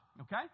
okay